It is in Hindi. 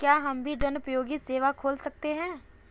क्या हम भी जनोपयोगी सेवा खोल सकते हैं?